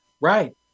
Right